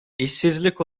i̇şsizlik